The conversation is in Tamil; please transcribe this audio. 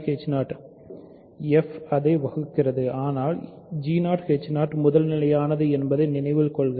fஅதைப் வகுக்கிறது ஆனால் முதல்நிலையானது என்பதை நினைவில் கொள்க